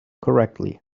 correctly